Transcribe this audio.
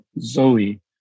Zoe